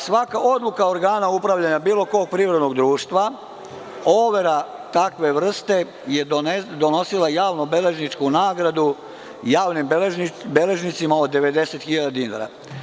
Svaka odluka organa upravljanja bilo kog privrednog društva, overa takve vrste je donosila javno-beležničku nagradu javnim beležnicama od 90.000 dinara.